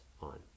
on